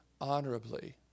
honorably